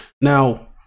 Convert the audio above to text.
Now